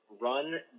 run